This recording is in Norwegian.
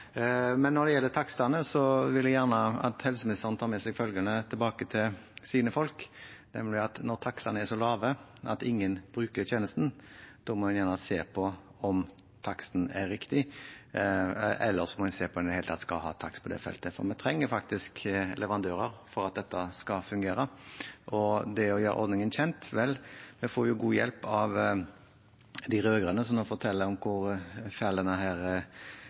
Når det gjelder takstene, vil jeg gjerne at helseministeren tar med seg følgende tilbake til sine folk: Når takstene er så lave at ingen bruker tjenesten, må en se om taksten er riktig, eller om en i det hele tatt skal ha takst på det feltet, for vi trenger leverandører for at dette skal fungere. Når det gjelder det å gjøre ordningen kjent, får vi god hjelp av de rød-grønne, som forteller hvor fæl denne ordningen er. Men hvis vi fortsetter å fortelle vår historie – som er sannheten, at fritt behandlingsvalg er